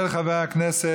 של חבר הכנסת,